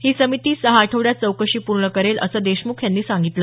ही समिती सहा आठवड्यात चौकशी पूर्ण करील असं देशमुख यांनी सांगितलं